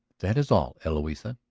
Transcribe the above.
that is all. eloisa.